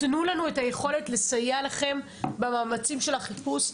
תנו לנו את היכולת לסייע לכם במאמצים של החיפוש.